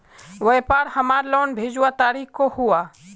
व्यापार हमार लोन भेजुआ तारीख को हुआ?